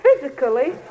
physically